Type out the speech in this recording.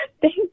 Thank